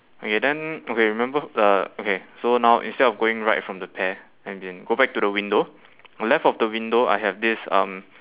okay then okay remember the okay so now instead of going right from the pear as in go back to the window on the left of the window I have this um